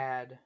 add